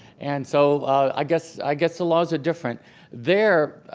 and so i guess i guess the laws are different there.